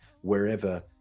wherever